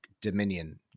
Dominion